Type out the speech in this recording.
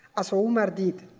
as umar did.